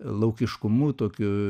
laukiškumu tokiu